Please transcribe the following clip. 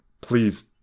please